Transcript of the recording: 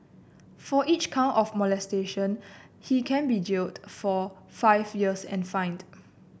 for each count of molestation he can't be jailed for five years and fined